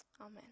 Amen